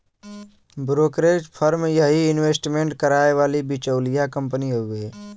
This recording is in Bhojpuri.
ब्रोकरेज फर्म यही इंवेस्टमेंट कराए वाली बिचौलिया कंपनी हउवे